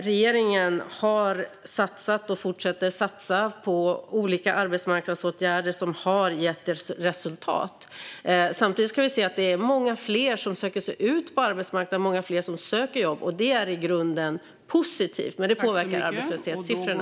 Regeringen har satsat och fortsätter satsa på olika arbetsmarknadsåtgärder som har gett resultat. Samtidigt kan vi se att många fler söker sig ut på arbetsmarknaden och söker jobb, och det är i grunden positivt. Men det påverkar arbetslöshetssiffrorna.